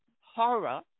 horror